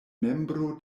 membro